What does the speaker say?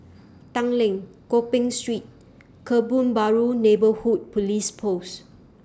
Tanglin Gopeng Street Kebun Baru Neighbourhood Police Post